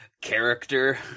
character